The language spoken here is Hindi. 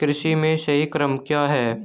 कृषि में सही क्रम क्या है?